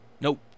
Nope